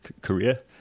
career